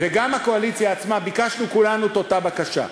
וגם הקואליציה עצמה, ביקשנו כולנו את אותה בקשה.